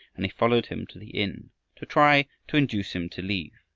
and he followed him to the inn to try to induce him to leave.